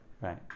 Right